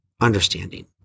understanding